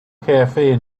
cafe